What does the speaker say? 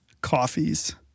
coffees